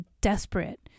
desperate